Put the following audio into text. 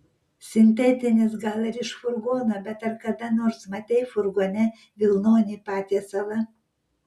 sintetinis gal ir iš furgono bet ar kada nors matei furgone vilnonį patiesalą